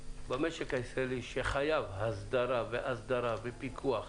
במשק הישראלי שחייב הסדרה ואסדרה ופיקוח,